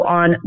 on